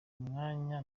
umwanya